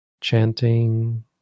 Chanting